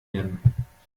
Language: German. werden